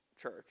church